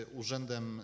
urzędem